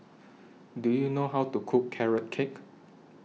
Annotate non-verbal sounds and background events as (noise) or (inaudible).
Do YOU know How to Cook Carrot Cake (noise)